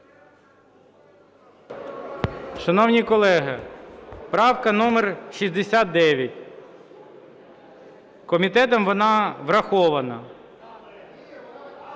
Шановні колеги! Правка номер 69. Комітетом вона врахована.